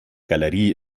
galerie